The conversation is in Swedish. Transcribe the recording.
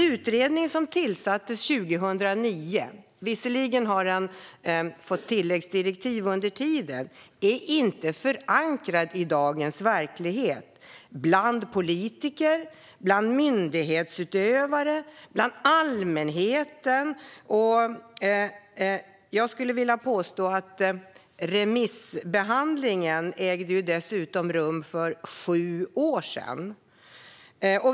Utredningen tillsattes 2009 - visserligen har den fått tilläggsdirektiv under tiden - och är inte förankrad i dagens verklighet bland politiker, myndighetsutövare och allmänheten. Remissbehandlingen ägde dessutom rum för sju år sedan.